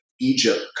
Egypt